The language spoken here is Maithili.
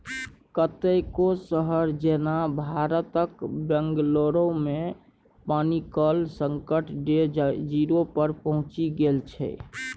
कतेको शहर जेना भारतक बंगलौरमे पानिक संकट डे जीरो पर पहुँचि गेल छै